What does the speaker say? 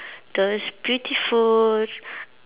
those beautiful